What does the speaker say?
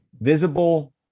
visible